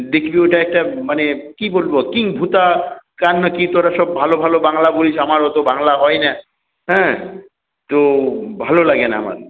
দেখবি ওটা একটা মানে কী বলব কিম্ভূতাকার না কী তোরা সব ভালো ভালো বাংলা বলিস আমার অত বাংলা হয় না হ্যাঁ তো ভালো লাগে না আমার